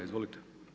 Izvolite.